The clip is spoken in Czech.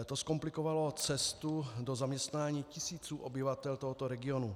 To zkomplikovalo cestu do zaměstnání tisícům obyvatel tohoto regionu.